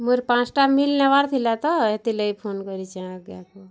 ମୋର୍ ପାଞ୍ଚ୍ଟା ମିଲ୍ ନବାର୍ ଥିଲା ତ ହେଥିର୍ଲାଗି ଫୋନ୍ କରିଚେ ଆଜ୍ଞା